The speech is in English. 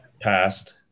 passed